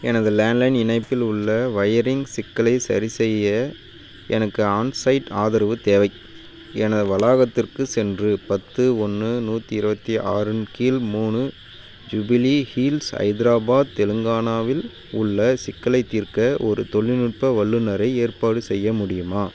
எனது லேண்ட்லைன் இணைப்பில் உள்ள ஒயரிங் சிக்கலைச் சரிசெய்ய எனக்கு ஆன் சைட் ஆதரவு தேவை எனது வளாகத்திற்குச் சென்று பத்து ஒன்று நூற்றி இருபத்தி ஆறு இன் கீழ் மூணு ஜூபிலி ஹில்ஸ் ஹைதராபாத் தெலுங்கானாவில் உள்ள சிக்கலைத் தீர்க்க ஒரு தொழில்நுட்ப வல்லுநரை ஏற்பாடு செய்ய முடியுமா